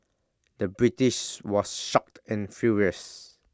the British was shocked and furious